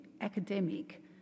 academic